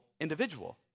individual